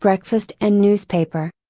breakfast and newspaper.